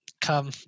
come